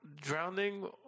drowning